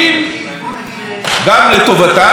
כדי להקטין את חשבון החשמל שלהם,